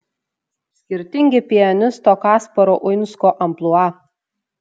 skirtingi pianisto kasparo uinsko amplua